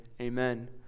amen